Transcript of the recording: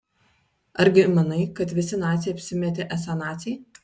argi manai kad visi naciai apsimetė esą naciai